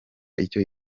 icyo